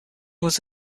was